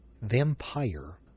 vampire